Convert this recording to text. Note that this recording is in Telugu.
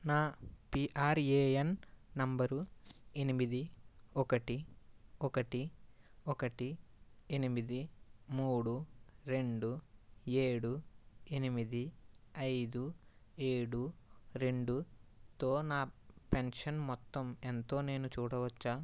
నా పిఆర్ఏఎన్ నంబరు ఎనిమిది ఒకటి ఒకటి ఒకటి ఎనిమిది మూడు రెండు ఏడు ఎనిమిది ఐదు ఏడు రెండుతో నా పెన్షన్ మొత్తం ఎంతో నేను చూడవచ్చా